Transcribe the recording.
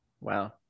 Wow